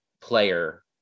player